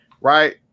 right